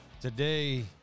Today